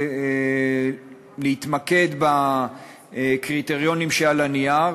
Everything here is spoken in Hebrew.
להתמקד בקריטריונים שעל הנייר.